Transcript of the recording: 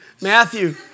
Matthew